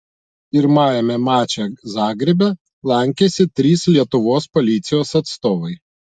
pirmajame mače zagrebe lankėsi trys lietuvos policijos atstovai